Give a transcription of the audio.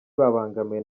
babangamiwe